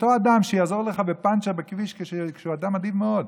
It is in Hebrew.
אותו אדם שיעזור לך בפנצ'ר בכביש והוא אדם אדיב מאוד,